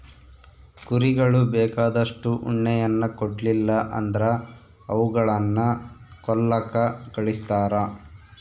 ಕುರಿಗಳು ಬೇಕಾದಷ್ಟು ಉಣ್ಣೆಯನ್ನ ಕೊಡ್ಲಿಲ್ಲ ಅಂದ್ರ ಅವುಗಳನ್ನ ಕೊಲ್ಲಕ ಕಳಿಸ್ತಾರ